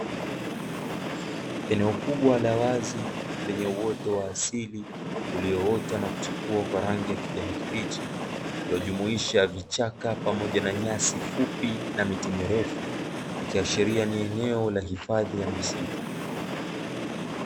Eneo kubwa la wazi lenye uoto wa asili, ulioota na kuchipua kwa rangi ya kijani kibichi, lililojumuisha vichaka pamoja na nyasi fupi na miti mirefu, ikiashiria ni eneo la hifadhi ya misitu.